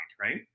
right